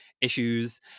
issues